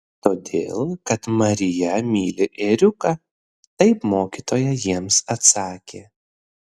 todėl kad marija myli ėriuką taip mokytoja jiems atsakė